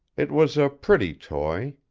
it was a pretty toy.